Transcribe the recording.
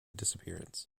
disappearance